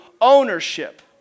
ownership